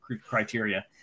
criteria